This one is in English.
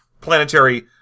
planetary